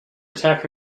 attack